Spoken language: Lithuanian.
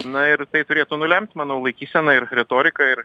na ir tai turėtų nulemt manau laikyseną ir retoriką ir